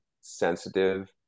sensitive